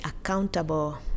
accountable